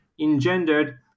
engendered